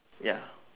ya